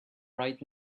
right